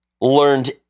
learned